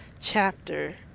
chapter